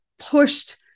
Pushed